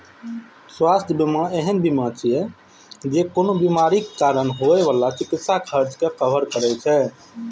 स्वास्थ्य बीमा एहन बीमा छियै, जे कोनो बीमारीक कारण होइ बला चिकित्सा खर्च कें कवर करै छै